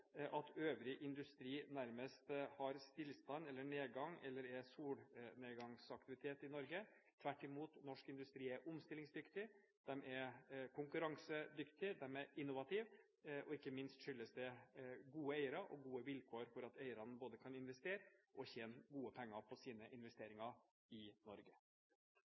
at øvrig industri nærmest har stillstand eller nedgang eller er en solnedgangsaktivitet i Norge. Tvert imot er norsk industri omstillingsdyktig, konkurransedyktig og innovativ. Ikke minst skyldes det gode eiere og gode vilkår for at eierne både kan investere og tjene gode penger på sine investeringer i Norge.